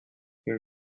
une